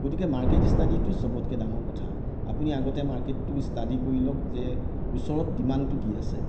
গতিকে মাৰ্কেট ষ্টাডিটো চবতকে ডাঙৰ কথা আপুনি আগতে মাৰ্কেটটো ষ্টাডি কৰি লওক যে ওচৰত ডিমাণ্ডটো কি আছে